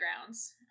grounds